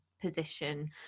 position